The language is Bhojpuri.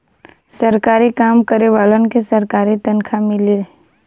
सरकारी काम करे वालन के सरकारी तनखा मिली